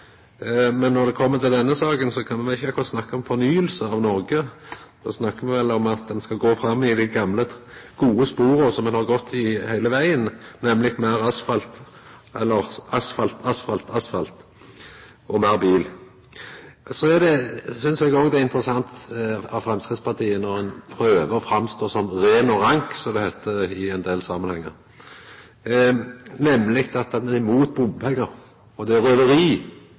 Men når det kjem til denne saka, kan me vel ikkje akkurat snakka om fornying av Noreg. Der snakkar me vel om at ein skal gå i det gode, gamle sporet som ein har gått i heile vegen, nemleg meir asfalt – asfalt, asfalt, asfalt – og meir bil. Så synest eg òg det er interessant, når Framstegspartiet prøver å framstå som «ren og rank», som det heiter, i ein del samanhengar, at ein er imot bompengar; bompengar er røveri, pengane blir tekne ut av lomma til folk, ein gjev ei julegåve, og